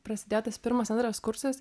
prasidėjo tas pirmas antras kursas